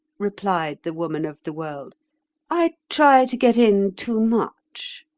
replied the woman of the world i try to get in too much.